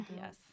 Yes